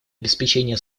обеспечения